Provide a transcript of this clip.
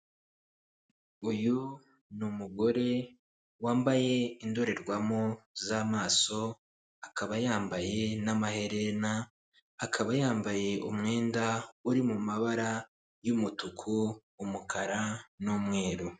Uyu ni umugore wambaye indorerwamo z'amaso akaba yambaye n'amaherena, akaba yambaye umwenda uri mu mabara y'umutuku, umukara n'umweru.